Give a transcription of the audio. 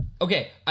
Okay